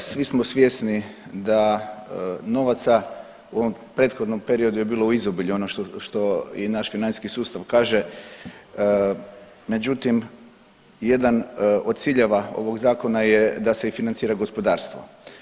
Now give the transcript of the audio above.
Svi smo svjesni da novaca u ovom prethodnom periodu je bilo u izobilju, ono što, što i naš financijski sustav kaže, međutim jedan od ciljeva ovog zakona je da se i financira gospodarstvo.